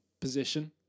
position